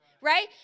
right